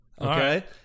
Okay